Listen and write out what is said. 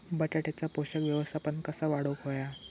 बटाट्याचा पोषक व्यवस्थापन कसा वाढवुक होया?